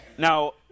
Now